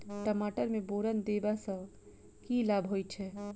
टमाटर मे बोरन देबा सँ की लाभ होइ छैय?